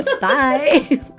bye